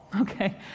okay